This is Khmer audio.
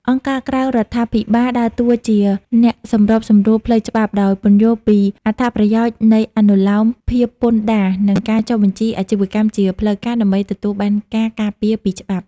អង្គការក្រៅរដ្ឋាភិបាលដើរតួជាអ្នកសម្របសម្រួលផ្លូវច្បាប់ ដោយពន្យល់ពីអត្ថប្រយោជន៍នៃអនុលោមភាពពន្ធដារ និងការចុះបញ្ជីអាជីវកម្មជាផ្លូវការ ដើម្បីទទួលបានការការពារពីច្បាប់។